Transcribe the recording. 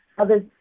others